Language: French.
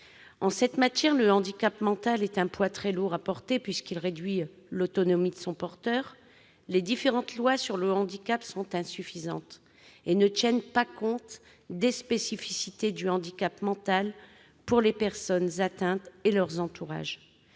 En cette matière, le handicap mental est un poids très lourd à porter, puisqu'il réduit l'autonomie de son porteur. Les différentes lois sur le handicap sont insuffisantes et ne tiennent pas compte des spécificités du handicap mental pour les personnes atteintes et leur entourage.